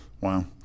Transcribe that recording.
Wow